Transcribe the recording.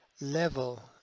level